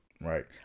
Right